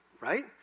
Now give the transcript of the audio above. right